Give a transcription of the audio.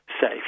safe